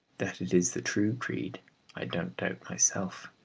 that it is the true creed i don't doubt myself.